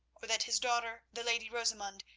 or that his daughter, the lady rosamund,